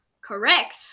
Correct